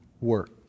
work